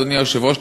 אדוני היושב-ראש,